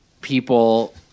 people